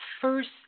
first